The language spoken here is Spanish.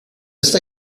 está